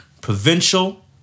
provincial